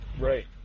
Right